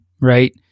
right